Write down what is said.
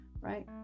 right